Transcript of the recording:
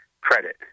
credit